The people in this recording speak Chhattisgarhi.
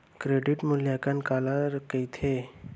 क्रेडिट मूल्यांकन काला कहिथे?